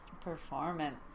Performance